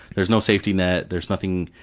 there's no safety net, there's nothing.